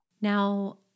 Now